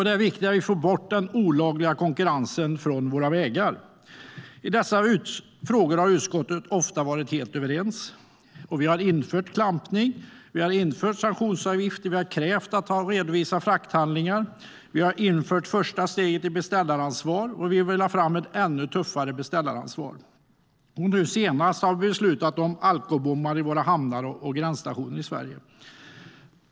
Det är viktigt att vi får bort den olagliga konkurrensen från våra vägar. I dessa frågor har utskottet ofta varit helt överens. Vi har infört klampning, vi har infört sanktionsavgifter, vi har krävt att man ska redovisa frakthandlingar, vi har infört första steget i beställaransvar och vi vill ha fram ett ännu tuffare beställaransvar. Nu senast har vi beslutat om alkobommar i våra hamnar och vid våra gränsstationer i Sverige.